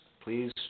please